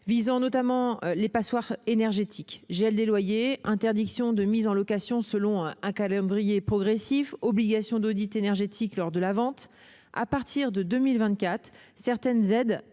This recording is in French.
visant, notamment, les passoires énergétiques : gel des loyers, interdiction de mise en location selon un calendrier progressif, obligation d'audit énergétique lors de la vente. À partir de 2024, certaines aides